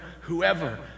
Whoever